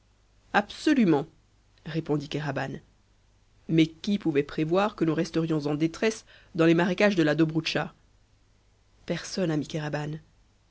absolument répondit kéraban mais qui pouvait prévoir que nous resterions en détresse dans les marécages de la dobroutcha personne ami